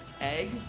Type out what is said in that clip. egg